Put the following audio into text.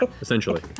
essentially